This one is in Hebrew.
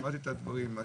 שמעתי את הדברים, מה